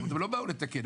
כלומר הן לא באו לתקן,